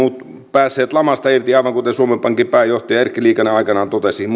päässeet lamasta irti aivan kuten suomen pankin pääjohtaja erkki liikanen totesi viime viikolla